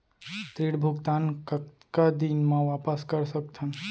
ऋण भुगतान कतका दिन म वापस कर सकथन?